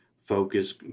focus